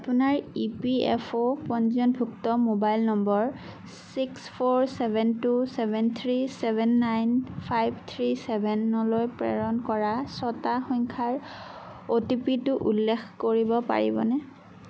আপোনাৰ E P F O পঞ্জীয়নভুক্ত mobile number six four seven two seven three seven nine five three চেভেনলৈ প্ৰেৰণ কৰা ছটা সংখ্যাৰ অ' টি পি টো উল্লেখ কৰিব পাৰিবনে